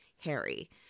Harry